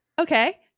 Okay